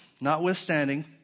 Notwithstanding